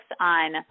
on